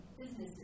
businesses